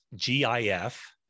GIF